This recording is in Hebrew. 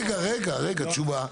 רגע, רגע, תשובה?